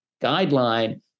guideline